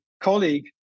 colleague